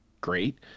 great